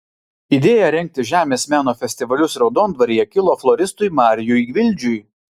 idėja rengti žemės meno festivalius raudondvaryje kilo floristui marijui gvildžiui